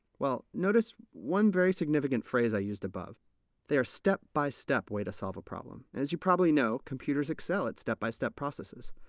well, notice one very significant phrase i used above they are a step-by-step way to solve a problem, and as you probably know, computers excel at step-by-step processes.